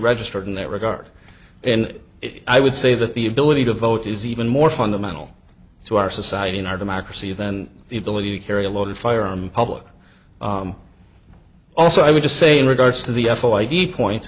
registered in that regard and i would say that the ability to vote is even more fundamental to our society in our democracy than the ability to carry a loaded firearm public also i would just say in regards to the f a y d point